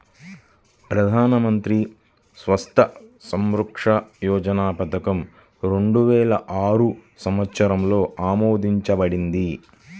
ప్రధాన్ మంత్రి స్వాస్థ్య సురక్ష యోజన పథకం రెండు వేల ఆరు సంవత్సరంలో ఆమోదించబడింది